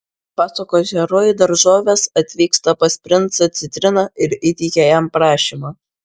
pasakos herojai daržovės atvyksta pas princą citriną ir įteikia jam prašymą